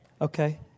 Okay